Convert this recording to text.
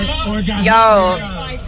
Yo